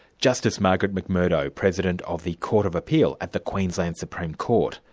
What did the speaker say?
justice margaret mcmurdo, president of the court of appeal at the queensland supreme court,